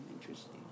interesting